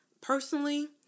personally